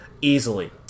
easily